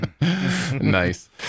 Nice